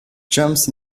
jumps